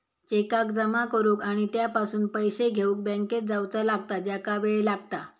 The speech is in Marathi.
चेकाक जमा करुक आणि त्यापासून पैशे घेउक बँकेत जावचा लागता ज्याका वेळ लागता